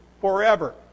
forever